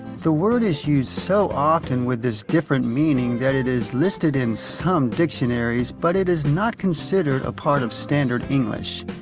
the word is used so often with this different meaning that it is listed in some dictionaries but it is not considered a part of standard english.